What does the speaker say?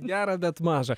gerą bet mažą